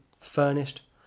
furnished